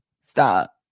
stop